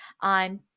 on